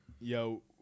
Yo